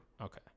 Okay